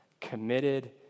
committed